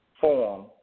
form